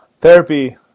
Therapy